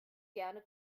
gerne